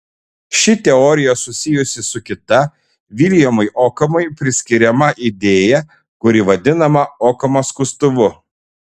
ši teorija susijusi su kita viljamui okamui priskiriama idėja kuri vadinama okamo skustuvu